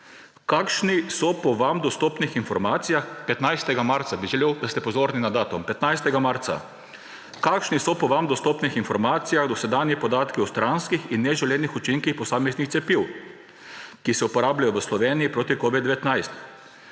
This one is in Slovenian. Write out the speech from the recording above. o tem soodločala, poslansko vprašanje, 15. marca, bi želel, da ste pozorni na datum: Kakšni so po vam dostopnih informacijah dosedanji podatki o stranskih in neželenih učinkih posameznih cepiv, ki se uporabljajo v Sloveniji proti covidu-19?